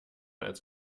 als